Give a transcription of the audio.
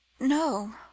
No